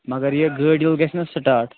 مگر یہِ گٲڑ گَژھہِ نَہ سِٹاٹ